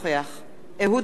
אינו נוכח